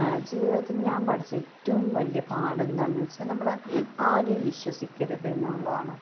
ജീവിതത്തിൽ ഞാൻ പഠിച്ച ഏറ്റവും വലിയ പാഠം എന്താണെന്ന് വച്ചാൽ നമ്മൾ ആരെയും വിശ്വസിക്കരുത് എന്നുള്ളതാണ്